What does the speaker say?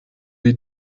wie